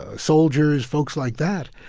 ah soldiers, folks like that.